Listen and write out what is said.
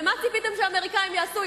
ומה ציפיתם שהאמריקנים יעשו,